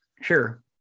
Sure